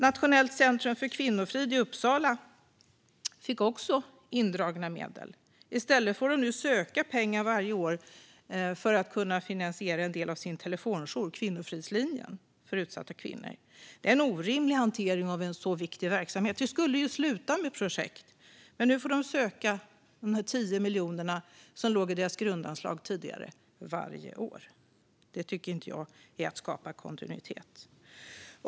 Nationellt centrum för kvinnofrid i Uppsala fick också indragna medel. I stället får de nu söka pengar varje år för att kunna finansiera en del av sin telefonjour, Kvinnofridslinjen, för utsatta kvinnor. Det är en orimlig hantering av en så viktig verksamhet. Vi skulle ju sluta med projekt! Nu får de i stället varje år söka de 10 miljoner som tidigare låg i deras grundanslag. Det tycker inte jag är att skapa kontinuitet.